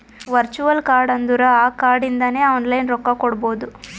virtual card ಅಂದುರ್ ಆ card ಇಂದಾನೆ ಆನ್ಲೈನ್ ರೊಕ್ಕಾ ಕೊಡ್ಬೋದು